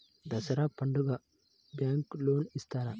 దసరా పండుగ bank loan ఇస్తారా?